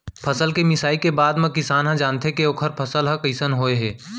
फसल के मिसाई के बादे म किसान ह जानथे के ओखर फसल ह कइसन होय हे